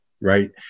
Right